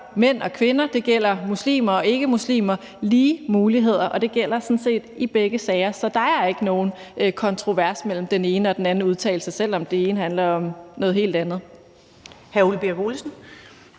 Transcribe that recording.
mænd og kvinder, og det gælder muslimer og ikkemuslimer. Der skal være lige muligheder, og det gælder sådan set i begge sager, så der er ikke nogen kontrovers mellem den ene og den anden udtalelse, selv om den ene handler om noget helt andet. Kl. 14:56 Første